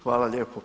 Hvala lijepa.